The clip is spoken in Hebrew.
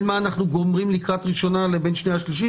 מה שאנחנו גומרים לקראת הקריאה הראשונה לבין הקריאה השנייה והשלישית,